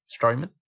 Strowman